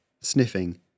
sniffing